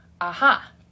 aha